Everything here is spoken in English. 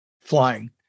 flying